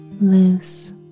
loose